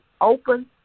open